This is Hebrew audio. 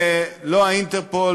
והאינטרפול